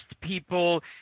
people